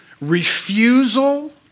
refusal